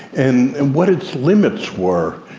and and what its limits were.